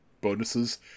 bonuses